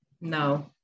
no